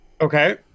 Okay